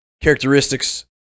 characteristics